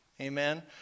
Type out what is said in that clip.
amen